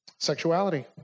Sexuality